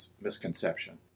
misconception